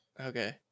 okay